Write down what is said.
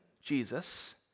Jesus